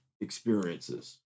experiences